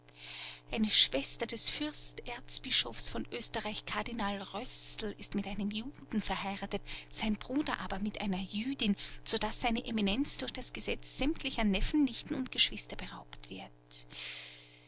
eine schwester des fürsterzbischofs von oesterreich kardinal rößl ist mit einem juden verheiratet sein bruder aber mit einer jüdin so daß seine eminenz durch das gesetz sämtlicher neffen nichten und geschwister beraubt wird